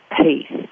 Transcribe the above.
peace